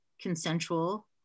consensual